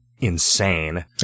insane